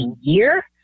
year